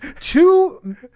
Two